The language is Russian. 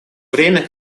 время